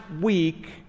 week